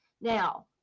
Now